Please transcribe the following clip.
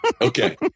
Okay